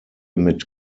mit